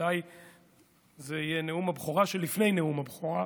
ובוודאי זה יהיה נאום הבכורה שלפני נאום הבכורה.